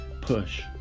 push